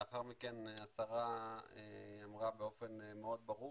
לאחר מכן השרה אמרה באופן מאוד ברור